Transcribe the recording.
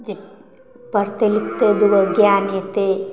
जे पढ़तै लिखतै दूगो ज्ञान हेतै